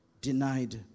denied